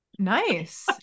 Nice